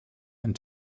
and